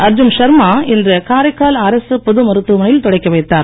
அர்ஜுன் ஷர்மா இன்று காரைக்கால் அரசு பொது மருத்துவமனையில் தொடக்கிவைத்தார்